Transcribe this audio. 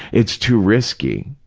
it's too risky.